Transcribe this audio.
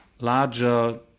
larger